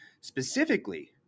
Specifically